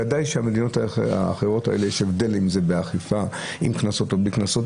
ודאי שבמדינות האחרות האלה יש הבדל אם זה באכיפה עם קנסות או בלי קנסות,